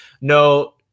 No